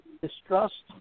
distrust